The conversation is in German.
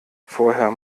vorher